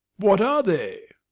what are they?